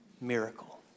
miracle